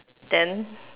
then